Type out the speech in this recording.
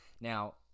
now